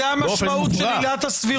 זאת המשמעות של עילת הסבירות.